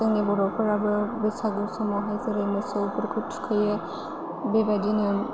जोंनि बर'फोराबो बैसागु समावहाय जेरै मोसौफोरखौ थुखैयो बेबायदिनो